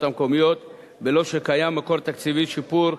המקומיות בלא שקיים מקור תקציבי לשיפוי